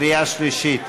קריאה שלישית.